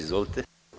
Izvolite.